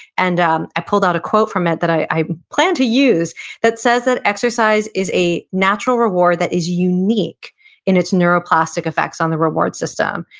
and um i pulled out a quote from it that i plan to use that says that exercise is a natural reward that is unique in its neuroplastic effects on the reward system.